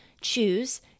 choose